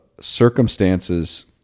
circumstances